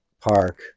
park